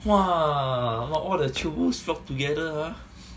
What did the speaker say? !wah! now all the chiobus flocked together ah